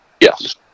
yes